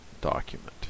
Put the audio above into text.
document